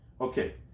Okay